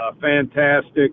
fantastic